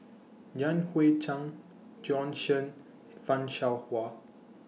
Yan Hui Chang Bjorn Shen fan Shao Hua